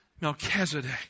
Melchizedek